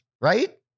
right